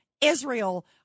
Israel